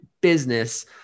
business